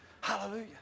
Hallelujah